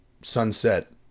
sunset